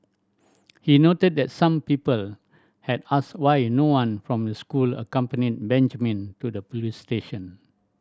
he noted that some people had asked why no one from the school accompanied Benjamin to the police station